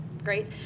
great